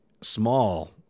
small